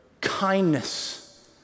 kindness